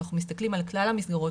כשאנחנו מסתכלים על כלל המסגרות,